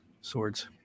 swords